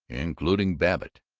including babbitt.